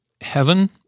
heaven